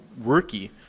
rookie